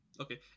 Okay